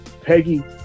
Peggy